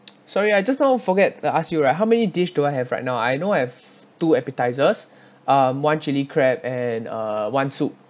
sorry I just now forget uh ask you right how many dish do I have right now I know have two appetizers um one chili crab and uh one soup